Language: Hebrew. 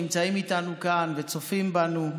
שנמצאים איתנו כאן וצופים בנו,